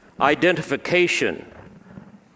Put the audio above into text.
identification